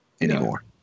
anymore